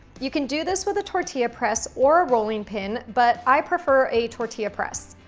you can do this with a tortilla press or a rolling pin, but i prefer a tortilla press.